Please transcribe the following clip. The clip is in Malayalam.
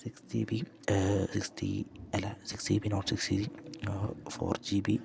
സിക്സ് ജിബി സിക്സ് ജി അല്ല six GB non six GB four GB